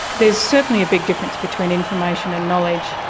there's certainly a big difference between information and knowledge.